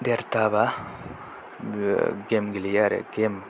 देरथा जाबा गेम गेलेयो आरो गेम